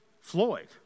Floyd